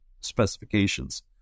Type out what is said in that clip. specifications